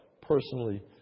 personally